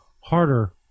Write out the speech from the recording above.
harder